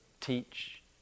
teach